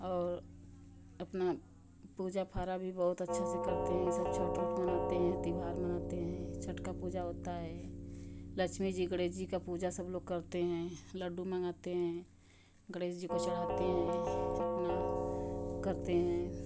और अपना पूजा फारा भी बहुत अच्छा से करते हैं सब छठ वठ मनाते हैं त्यौहार मनाते है छठ का पूजा होता है लक्ष्मी जी गणेश जी का पूजा सब लोग करते हैं लड्डू मंगाते हैं गणेश जी को चढ़ाते हैं अपना करते हैं